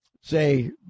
say